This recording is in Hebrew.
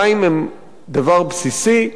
מים הם דבר בסיסי,